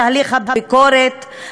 לתהליך הביקורת,